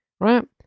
right